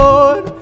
Lord